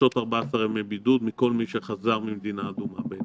דורשות 14 ימי בידוד מכל מי שחזר ממדינה אדומה.